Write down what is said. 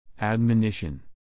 Admonition